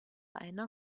einer